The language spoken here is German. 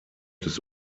des